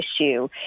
issue